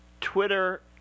Twitter